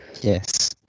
Yes